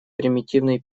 примитивный